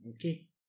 Okay